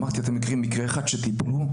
שאלתי: האם אתם מכירים מקרה אחד שבו טיפלו?